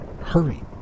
Hurry